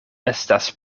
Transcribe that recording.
estas